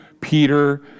Peter